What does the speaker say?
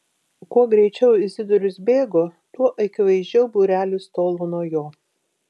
kuo greičiau izidorius bėgo tuo akivaizdžiau būrelis tolo nuo jo